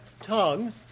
tongue